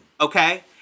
Okay